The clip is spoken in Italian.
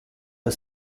per